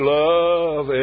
love